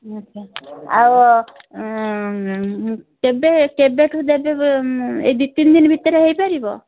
ଆଚ୍ଛା ଆଉ କେବେ କେବେଠୁ ଦେବେ ଏଇ ଦୁଇ ତିନି ଦିନ ଭିତରେ ହୋଇପାରିବ